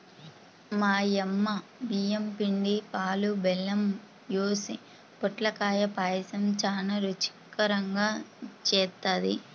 మా యమ్మ బియ్యం పిండి, పాలు, బెల్లం యేసి పొట్లకాయ పాయసం చానా రుచికరంగా జేత్తది